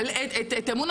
זאת עובדה.